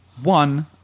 one